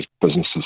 businesses